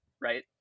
right